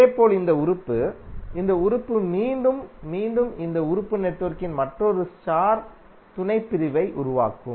இதேபோல் இந்த உறுப்பு இந்த உறுப்பு மற்றும் மீண்டும் இந்த உறுப்பு நெட்வொர்க்கின் மற்றொரு ஸ்டார் துணைப்பிரிவை உருவாக்கும்